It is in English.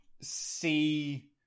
see